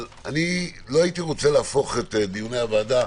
לא הייתי רוצה להפוך את דיוני הוועדה